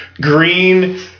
green